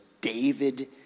David